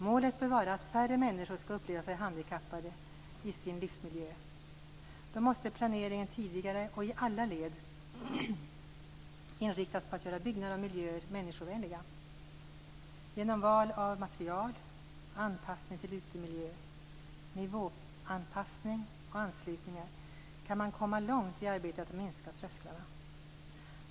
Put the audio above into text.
Målet bör vara att färre människor skall uppleva sig som handikappade i sin livsmiljö. Då måste planeringen tidigare och i alla led inriktas på att göra byggnader och miljöer människovänliga. Genom val av material, anpassning till utemiljö, nivåanpassning och anslutningar kan man komma långt i arbetet att minska trösklarna.